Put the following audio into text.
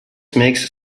makes